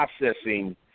processing